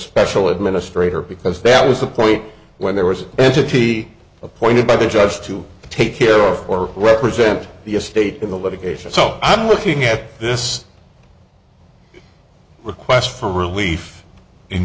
special administrator because that was the point when there was an entity appointed by the judge to take care of or represent the state of the litigation so i'm looking at this request for relief in